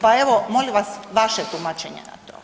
Pa evo molim vas vaše tumačenje na to.